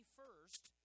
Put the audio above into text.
first